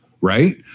right